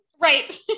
right